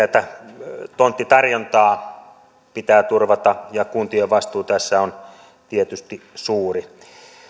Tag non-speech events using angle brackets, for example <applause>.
<unintelligible> että tonttitarjontaa pitää turvata ja kuntien vastuu tässä on tietysti suuri